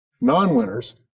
non-winners